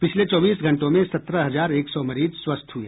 पिछले चौबीस घंटों में सत्रह हजार एक सौ मरीज स्वस्थ हुए